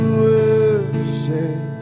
worship